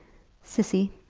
cissy,